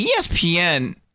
ESPN